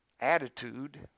attitude